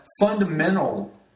fundamental